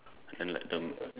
then like the